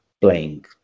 playing